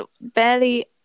Barely